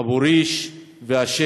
אבו ריש והשיח'